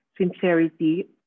sincerity